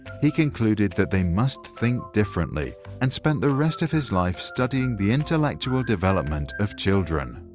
he concluded that they must think differently and spent the rest of his life studying the intellectual development of children.